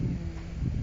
hmm